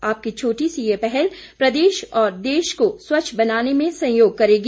आपकी छोटी सी यह पहल प्रदेश और देश को स्वच्छ बनाने में सहयोग करेगी